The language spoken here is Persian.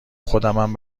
خودمم